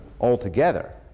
altogether